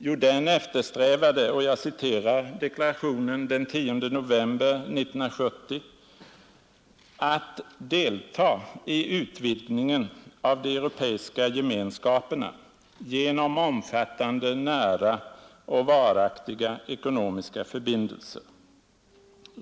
Jo, den eftersträvade — jag citerar deklarationen den 10 november 1970 — ”att delta i utvidgningen av de europeiska gemenskaperna genom omfattande, nära och varaktiga ekonomiska förbindelser”.